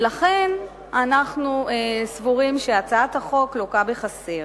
ולכן אנחנו סבורים שהצעת החוק לוקה בחסר.